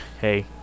hey